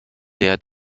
der